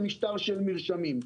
למשטר של מרשמים.